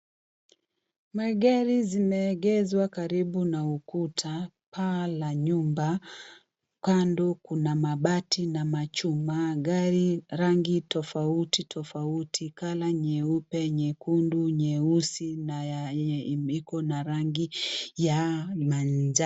Magari zimeegeshwa karibu na ukuta, paa la nyumba kando kuna mabati na machuma, gari rangi tofauti tofauti kala nyeupe , nyekundi ,nyeusi na yenye iko na rangi ya njano.